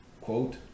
Quote